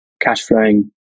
cash-flowing